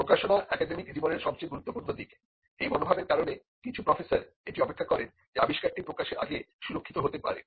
প্রকাশনা একাডেমিক জীবনের সবচেয়ে গুরুত্বপূর্ণ দিক এই মনোভাবের কারণে কিছু প্রফেসর এটি উপেক্ষা করেন যে আবিষ্কারটি প্রকাশের আগে সুরক্ষিত হতে পারে